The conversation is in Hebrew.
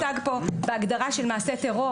אבל שלא ישתמע ממה שהוצג פה בהגדרה של מעשה טרור,